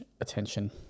attention